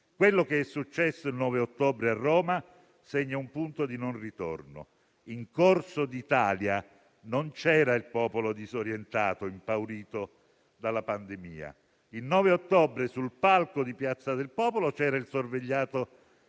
Quanto successo il 9 ottobre a Roma segna un punto di non ritorno. In Corso d'Italia non c'era il popolo disorientato, impaurito dalla pandemia. Il 9 ottobre, sul palco di Piazza del Popolo, c'era il sorvegliato